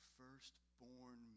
firstborn